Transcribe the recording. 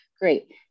great